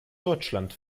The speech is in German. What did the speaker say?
deutschland